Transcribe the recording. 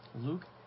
Luke